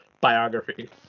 biography